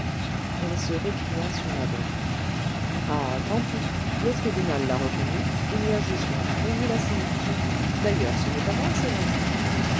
elle se récria sur la dette ah tant pis le tribunal l'a reconnue il y a jugement on vous l'a signifié d'ailleurs ce n'est pas moi c'est vinçart